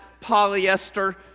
polyester